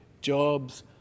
jobs